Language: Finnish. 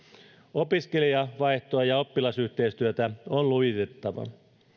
opiskelijavaihtoa ja oppilasyhteistyötä on lujitettava